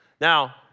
Now